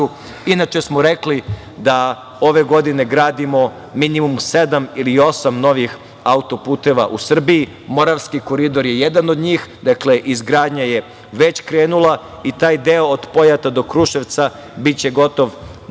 smo rekli da ove godine gradimo minimum sedam ili osam novih autoputeva u Srbiji. Moravski koridor je jedan od njih. Izgradnja je već krenula. I taj deo od Pojata do Kruševca biće gotov već